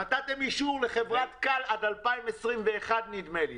נתתם אישור לחברת כאל עד 2021 נדמה לי.